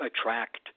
attract